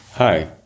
Hi